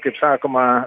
kaip sakoma